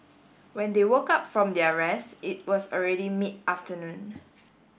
when they woke up from their rest it was already mid afternoon